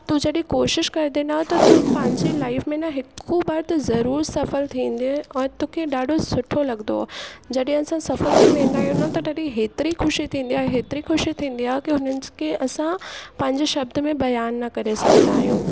तूं जॾी कोशिश करदे न त तूं पंहिंजी लाइफ में न हिकु बार त ज़रूरु सफ़ल थींदे औरि तोखे सुठो लॻंदो जॾहिं असां सफल थी वेंदा आहियूं न त तॾहिं हेतरी ख़ुशी थींदी आहे हेतिरी ख़ुशी थींदी आहे की हुननि खे असां पंहिंजे शब्द में बयान न करे सघदा आहियूं